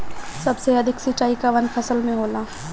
सबसे अधिक सिंचाई कवन फसल में होला?